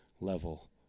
level